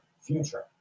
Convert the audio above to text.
future